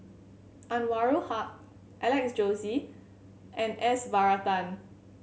Anwarul Haque Alex Josey and S Varathan